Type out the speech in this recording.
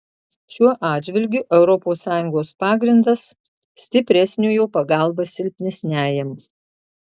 šiuo atžvilgiu europos sąjungos pagrindas stipresniojo pagalba silpnesniajam